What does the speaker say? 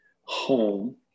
home